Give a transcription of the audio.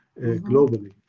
globally